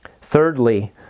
Thirdly